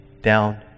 down